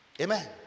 Amen